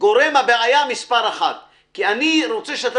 גורם הבעיה מספר אחד כי אני רוצה שאתה